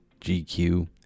GQ